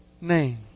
name